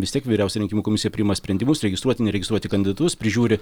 vis tiek vyriausia rinkimų komisija priima sprendimus registruoti neregistruoti kandidatus prižiūri